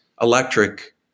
electric